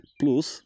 plus